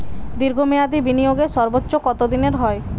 দীর্ঘ মেয়াদি বিনিয়োগের সর্বোচ্চ কত দিনের হয়?